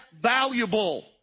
valuable